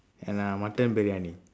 and uh mutton briyani